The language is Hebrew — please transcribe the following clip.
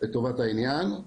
לטובת העניין,